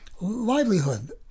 livelihood